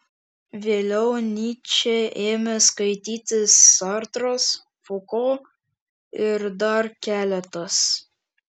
vėliau nyčę ėmė skaityti sartras fuko ir dar keletas